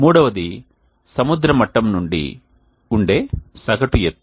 మూడవది సముద్ర మట్టం నుండి ఉండే సగటు ఎత్తు